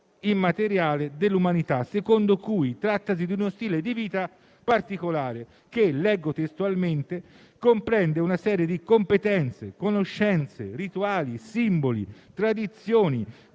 immateriale dell'umanità dall'UNESCO, trattandosi di uno stile di vita particolare, che - leggo testualmente - «comprende una serie di competenze, conoscenze, rituali, simboli e tradizioni